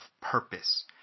purpose